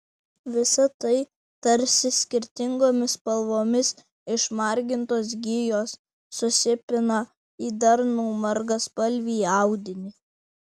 visa tai tarsi skirtingomis spalvomis išmargintos gijos susipina į darnų margaspalvį audinį